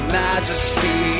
majesty